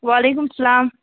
وعلیکُم اَسَلام